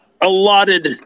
allotted